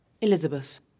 Elizabeth